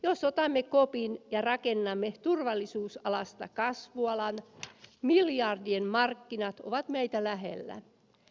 jos otamme kopin ja rakennamme turvallisuusalasta kasvu alan miljardien markkinat ovat meitä lähellä